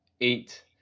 eight